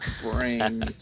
brain